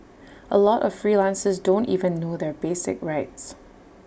A lot of freelancers don't even know their basic rights